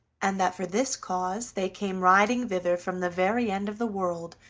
and that for this cause they came riding thither from the very end of the world,